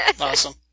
Awesome